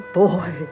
boy